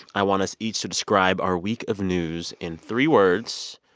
i want us each to describe our week of news in three words.